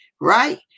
Right